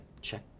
check